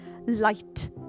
Light